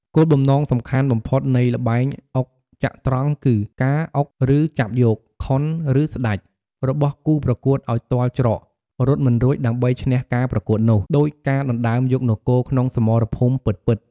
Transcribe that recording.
គោលបំណងសំខាន់បំផុតនៃល្បែងអុកចត្រង្គគឺការ អុក ឬចាប់យក ខុន ឬស្តេច របស់គូប្រកួតឱ្យទាល់ច្រក រត់មិនរួចដើម្បីឈ្នះការប្រកួតនោះ ដូចការដណ្ដើមយកនគរក្នុងសមរភូមិពិតៗ។